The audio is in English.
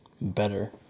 better